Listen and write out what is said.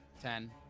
Ten